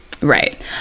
Right